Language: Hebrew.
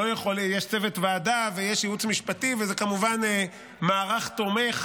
יש צוות ועדה ויש ייעוץ משפטי וזה כמובן מערך תומך,